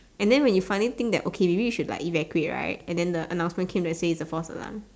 and then when you finally think that okay maybe you should like evacuate right and then the announcement came to say that it was a false alarm